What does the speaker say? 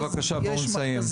בבקשה, בואו נסיים.